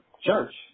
church